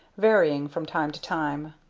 varying from time to time.